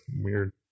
weird